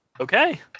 Okay